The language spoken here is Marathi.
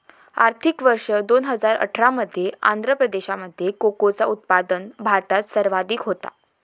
आर्थिक वर्ष दोन हजार अठरा मध्ये आंध्र प्रदेशामध्ये कोकोचा उत्पादन भारतात सर्वाधिक होता